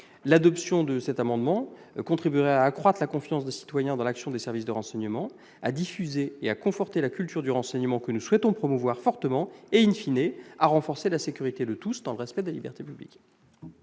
L'adoption de cet amendement contribuera à accroître la confiance des citoyens dans l'action des services de renseignement, à diffuser et conforter la culture du renseignement que nous souhaitons promouvoir avec force et,, à renforcer la sécurité de tous dans le respect des libertés publiques.